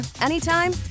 anytime